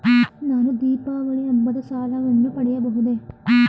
ನಾನು ದೀಪಾವಳಿ ಹಬ್ಬದ ಸಾಲವನ್ನು ಪಡೆಯಬಹುದೇ?